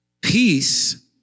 peace